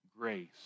grace